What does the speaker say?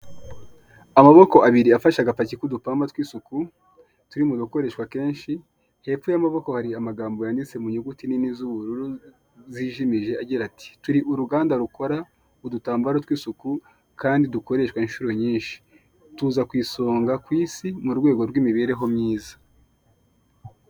Amaboko abiri afashe agapaki k'udupamba tw'isuku, turi mugakoreshwa kenshi hepfo y'amaboko hari amagambo yanditse mu nyuguti nini z'ubururu zijimije agira ati, turi uruganda rukora udutambaro tw'isuku kandi dukoreshwa inshuro nyinshi, tuza ku isonga ku isi mu rwego rw'imibereho myiza.